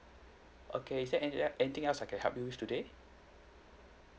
okay is there anything else I can help you with today